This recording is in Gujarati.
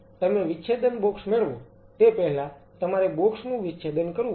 તેથી તમે વિચ્છેદન બોક્સ મેળવો તે પહેલા તમારે બોક્સ નું વિચ્છેદન કરવું પડશે